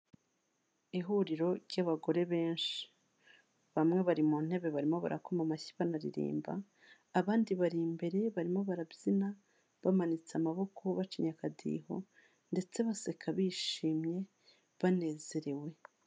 Ihuriro ry'abagore benshi bamwe bari mu ntebe barimo barakoma amashyi banaririmba, abandi bari imbere barimo barabyina bamanitse amaboko bacinye akadiho ndetse baseka bishimye banezerewe.